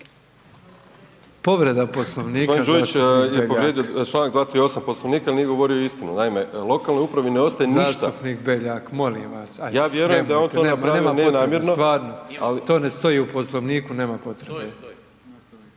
Povreda Poslovnika, zastupnik Beljak.